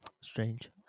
strange